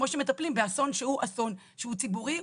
כמו שמטפלים באסון שהוא אסון שהוא ציבורי,